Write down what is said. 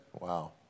Wow